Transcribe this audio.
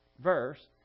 verse